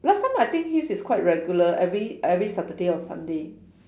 last time I think his is quite regular every every Saturday or Sunday